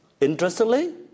interestingly